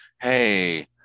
hey